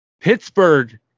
Pittsburgh